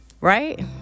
right